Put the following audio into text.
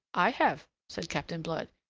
i have, said captain blood.